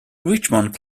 richmond